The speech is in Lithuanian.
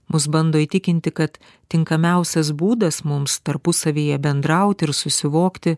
mus bando įtikinti kad tinkamiausias būdas mums tarpusavyje bendrauti ir susivokti